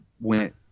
went